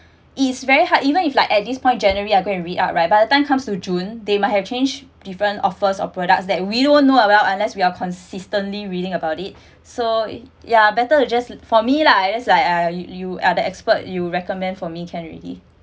is very hard even if like at this point january I go and read out right by the time comes to june they might have change different offers of products that we don't know about unless we are consistently reading about it so yeah better adjust for me lah as I uh you you are the expert you recommend for me can already